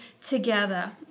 together